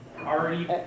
already